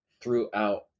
throughout